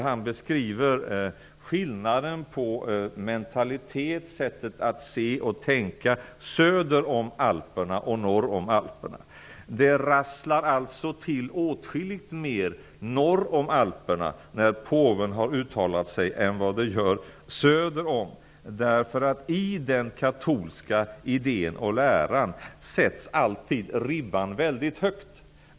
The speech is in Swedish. Han beskriver skillnaden mellan mentalitet, sättet att se och tänka söder om alperna och norr om alperna. Det rasslar till åtskilligt mer norr om alperna när påven har uttalat sig än vad det gör söder om alperna. I den katolska idén och läran sätts alltid ribban väldigt högt.